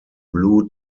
blue